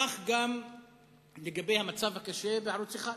כך גם לגבי המצב הקשה בערוץ-1,